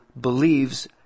believes